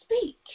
speak